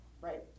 right